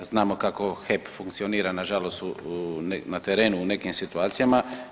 Znamo kako HEP funkcionira nažalost na terenu u nekim situacijama.